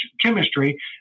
chemistry